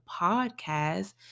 podcast